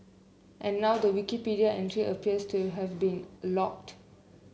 and now the Wikipedia entry appears to have been an locked